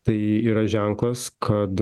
tai yra ženklas kad